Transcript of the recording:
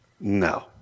No